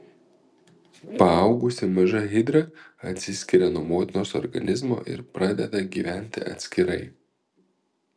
paaugusi maža hidra atsiskiria nuo motinos organizmo ir pradeda gyventi atskirai